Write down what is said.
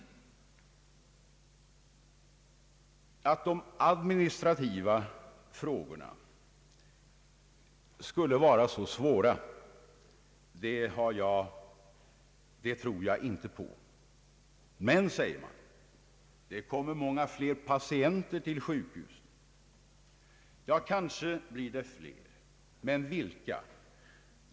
Att de administrativa frågorna skulle vara så svåra tror jag inte på. Men, säger man, det kommer många fler patienter till sjukhusen. Ja, kanske blir det flera men vilka?